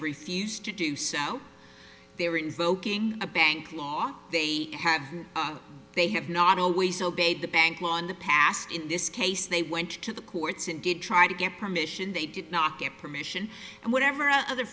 refused to do so they were invoking a bank law they have they have not always obeyed the bank law in the past in this case they went to the courts and did try to get permission they did not get permission and whatever other